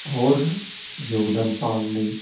ਹੋਰ ਯੋਗਦਾਨ ਪਾਉਣ ਲਈ